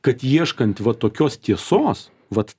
kad ieškant va tokios tiesos vat